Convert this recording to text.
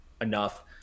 enough